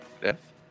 Death